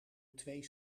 twee